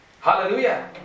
Hallelujah